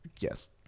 Yes